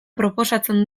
proposatzen